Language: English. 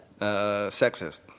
sexist